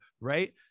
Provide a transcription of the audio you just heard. Right